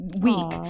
week